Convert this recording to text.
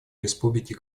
республики